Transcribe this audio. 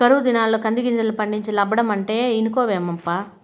ఈ కరువు దినాల్ల కందిగింజలు పండించి లాబ్బడమంటే ఇనుకోవేమప్పా